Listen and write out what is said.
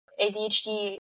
ADHD